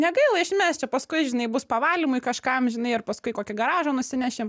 negaila išmest čia paskui žinai bus pavalymui kažkam žinai ir paskui kokį garažą nusinešim